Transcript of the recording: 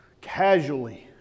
casually